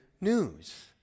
news